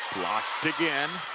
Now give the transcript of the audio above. blocked again.